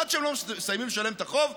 עד שהם לא מסיימים לשלם את החוב,